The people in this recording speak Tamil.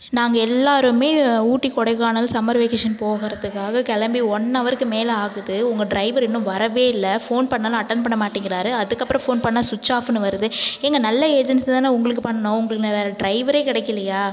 நாங்கள் எல்லாருமே ஊட்டி கொடைக்கானல் சம்மர் வெக்கேஷன் போகுறதுக்காக கிளம்பி ஒன் ஹவர்க்கு மேலே ஆகுது உங்கள் டிரைவர் இன்னும் வரவே இல்லை ஃபோன் பண்ணாலும் அட்டன்ட் பண்ண மாட்டேங்கிறார் இதற்கப்பறம் ஃபோன் பண்ணால் சுவிட்ச் ஆப்னு வருது ஏங்க நல்ல ஏஜென்ஸி தான உங்களுக்கு பண்ணோம் உங்களுக்கு வேறு டிரைவரே கிடைக்கலையா